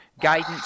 guidance